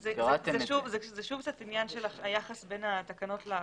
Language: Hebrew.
זה היחס בין התקנות לחוק.